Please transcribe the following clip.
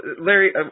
Larry